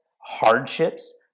hardships